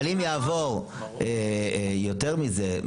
אבל אם יעבור יותר מזה,